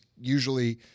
usually